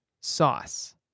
sauce